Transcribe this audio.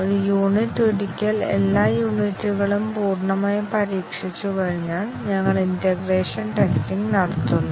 ഒരു യൂണിറ്റ് ഒരിക്കൽ എല്ലാ യൂണിറ്റുകളും പൂർണ്ണമായി പരീക്ഷിച്ചു കഴിഞ്ഞാൽ ഞങ്ങൾ ഇന്റേഗ്രേഷൻ ടെറ്റസിങ് നടത്തുന്നു